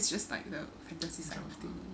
maybe it's just like the frequencies type of things